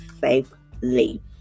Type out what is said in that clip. safely